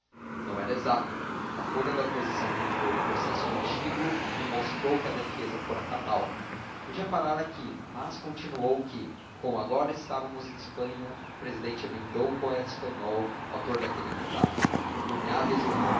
não era exato a folha da oposição reviveu o processo antigo e mostrou que a defesa fora cabal podia parar aqui mas continuou que como agora estávamos em espanha o presidente emendou o poeta espanhol autor daquele epitáfio cuados